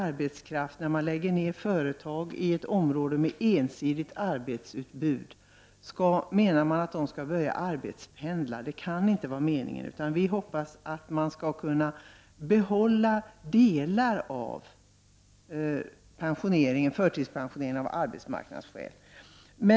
När företag läggs ned i områden med ensidigt arbetsutbud menar man nu att äldre arbetskraft skall börja arbetspendla. Det kan inte vara meningen. Vi hoppas att man skall kunna behålla delar av systemet med förtidspensionering av arbetsmarknadsskäl.